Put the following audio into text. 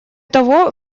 того